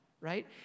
right